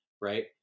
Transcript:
right